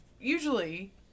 usually